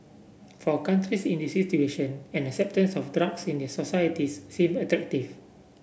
for countries in these situation an acceptance of drugs in their societies seem attractive